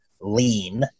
lean